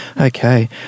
Okay